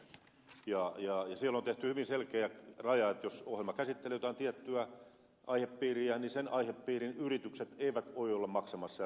siellä on tehty hyvin selkeä raja että jos ohjelma käsittelee jotain tiettyä aihepiiriä niin sen aihepiirin yritykset eivät voi olla maksamassa ja rahoittamassa sitä ohjelmaa